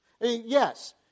Yes